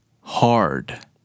hard